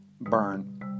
burn